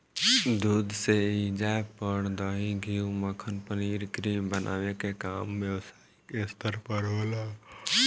दूध से ऐइजा पर दही, घीव, मक्खन, पनीर, क्रीम बनावे के काम व्यवसायिक स्तर पर होला